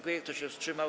Kto się wstrzymał?